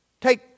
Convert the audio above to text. Take